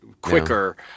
quicker